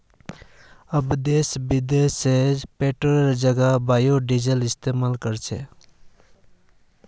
अब ते विदेशत पेट्रोलेर जगह लोग बायोडीजल इस्तमाल कर छेक